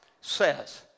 says